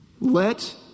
Let